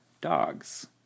dogs